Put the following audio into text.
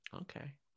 Okay